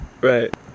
Right